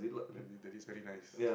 that means that is very nice